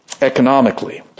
economically